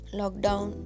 lockdown